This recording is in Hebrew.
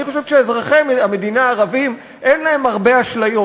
אני חושב שאזרחי המדינה הערבים אין להם הרבה אשליות,